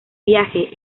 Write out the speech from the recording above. viaje